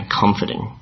comforting